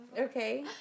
Okay